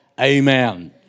Amen